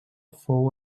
fou